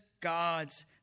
God's